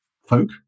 folk